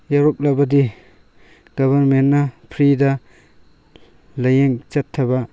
ꯌꯥꯎꯔꯛꯂꯕꯗꯤ ꯒꯚꯔꯟꯃꯦꯟꯅ ꯐ꯭ꯔꯤꯗ ꯂꯥꯏꯌꯦꯡ ꯆꯠꯊꯕ